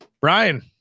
Brian